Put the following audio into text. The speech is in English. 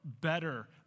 better